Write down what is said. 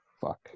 Fuck